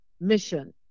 mission